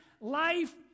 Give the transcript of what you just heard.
life